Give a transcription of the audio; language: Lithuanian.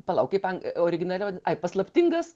palauk kaip ang originale ai paslaptingas